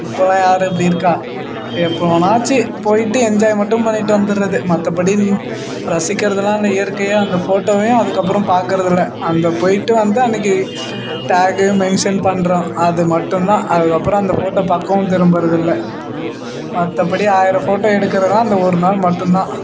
இப்போல்லாம் யார் அப்படி இருக்கா எப்போனாச்சிம் போய்ட்டு என்ஜாய் மட்டும் பண்ணிட்டு வந்துடுறது மற்றபடி ரசிக்கிறதுலாம் இல்லை இயற்கையை அந்த ஃபோட்டோவயும் அதுக்கப்புறம் பார்க்கறதில்ல அங்கே போய்ட்டு வந்து அன்னைக்கு டேகு மென்ஷன் பண்ணுறோம் அது மட்டுந்தான் அதுக்கப்புறம் அந்த ஃபோட்டோ பக்கமும் திரும்புறதில்லை மற்றபடி ஆயிரம் ஃபோட்டோ எடுக்குறதுனால் அந்த ஒரு நாள் மட்டுந்தான்